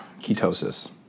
ketosis